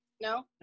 No